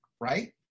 right